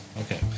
Okay